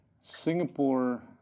Singapore